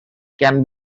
can